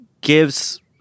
gives